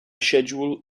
schedule